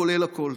כולל הכול.